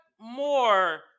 more